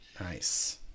Nice